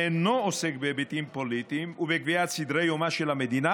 ואינו עוסק בהיבטים פוליטיים ובקביעת סדרי-יומה של המדינה,